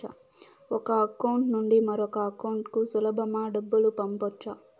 ఒక అకౌంట్ నుండి మరొక అకౌంట్ కు సులభమా డబ్బులు పంపొచ్చా